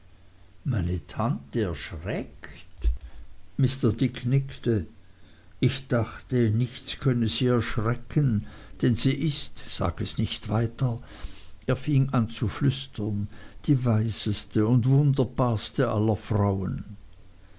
meine tante erschreckt mr dick nickte ich dachte nichts könnte sie erschrecken denn sie ist sag es nicht weiter er fing an zu flüstern die weiseste und wunderbarste aller frauen